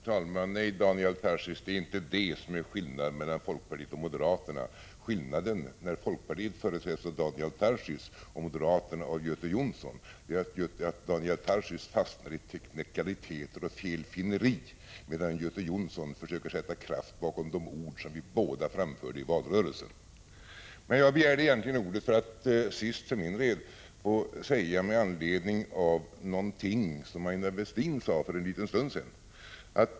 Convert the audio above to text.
Herr talman! Nej, Daniel Tarschys, det är inte detta som är skillnaden mellan folkpartiet och moderaterna. Skillnaden, när folkpartiet företräds av Daniel Tarschys och moderaterna av Göte Jonsson, är att Daniel Tarschys fastnar i teknikaliteter och felfinneri, medan Göte Jonsson försöker sätta kraft bakom de ord som båda partierna framförde i valrörelsen. Jag begärde egentligen ordet för att sist för min del få säga något med anledning av det som Aina Westin sade för en liten stund sedan.